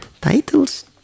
Titles